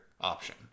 option